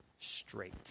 straight